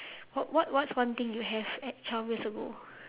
what what what's one thing you have at twelve years ago